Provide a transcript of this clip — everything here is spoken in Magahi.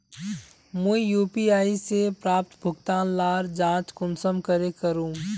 मुई यु.पी.आई से प्राप्त भुगतान लार जाँच कुंसम करे करूम?